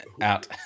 out